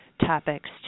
topics